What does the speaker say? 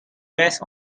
rest